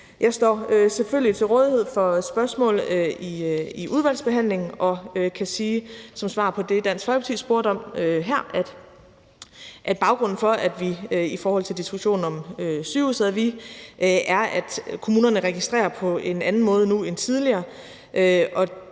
Jeg står selvfølgelig til rådighed for spørgsmål i udvalgsbehandlingen, og jeg kan sige som svar på det, Dansk Folkepartis ordfører spurgte om her i forhold til diskussionen om sygehuset, at kommunerne registrerer på en anden måde nu end tidligere.